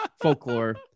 folklore